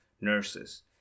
nurses